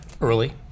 early